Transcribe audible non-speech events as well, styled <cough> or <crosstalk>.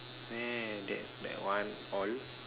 <noise> that that one all